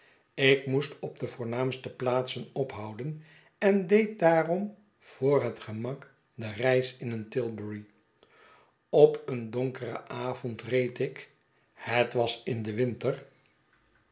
ik moest op de voornaamste plaatsen ophouden en deed daarom voor het gemak de reis in een tilbury op een donkeren avond reed ik het was in den winter